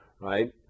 right